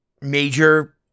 major